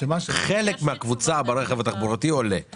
חלק מהקבוצה ברכב התחבורתי עולה,